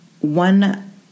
One